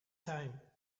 time